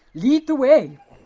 lead the way!